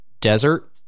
desert